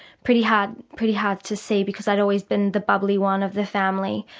pretty hard pretty hard to see because i'd always been the bubbly one of the family.